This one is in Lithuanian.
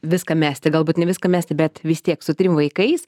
viską mesti galbūt ne viską mesti bet vis tiek su trim vaikais